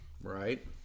right